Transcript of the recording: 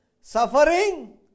suffering